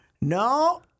No